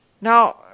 Now